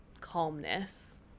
calmness